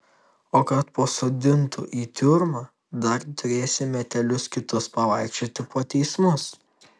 o kad pasodintų į tiurmą dar turėsi metelius kitus pavaikščioti po teismus